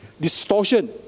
distortion